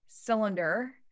cylinder